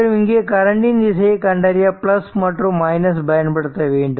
மற்றும் இங்கே கரண்ட் இன் திசையை கண்டறிய பிளஸ் மற்றும் மைனஸ் பயன்படுத்த வேண்டும்